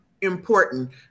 important